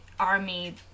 army